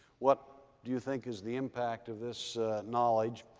what do you think is the impact of this knowledge?